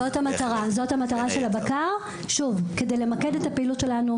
זו מטרת הבקר - כדי למקד את הפעילות שלנו,